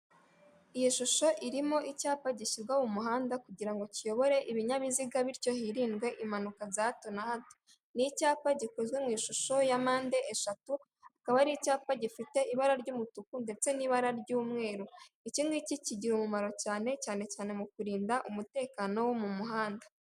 Iyi shusho irimo icyapa gishyirwa mu muhanda kugira ngo kiyobore ibinyabiziga bityo hirindwe impanuka za hato na hato, ni icyapa gikozwe mu ishusho ya mpande eshatu akaba ari icyapa gifite ibara ry'umutuku ndetse n'ibara ry'umweru, iki ngiki kigira umumaro cyane cyane mu kurinda umutekano wo mu muhanda.